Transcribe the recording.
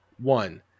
One